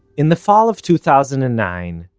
in the fall of two thousand and nine,